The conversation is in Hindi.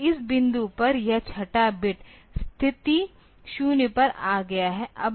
तो इस बिंदु पर यह छठा बिट स्थिति 0 पर आ गया है